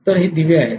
तर हे दिवे आहेत